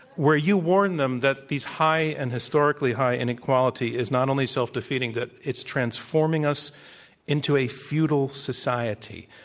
where you warned them that these high and historically high inequality is not only self-defeating, that it's transforming us into a feudal society.